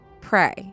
pray